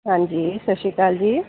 ਹਾਂਜੀ ਸਤਿ ਸ਼੍ਰੀ ਅਕਾਲ ਜੀ